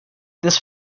this